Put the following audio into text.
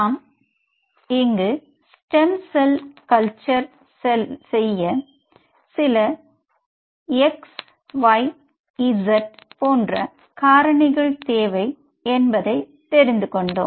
நாம் இங்கு stem cell culture செய்ய சில xyz காரணிகள் தேவை என்பதை தெரிந்து கொண்டோம்